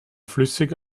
flüssig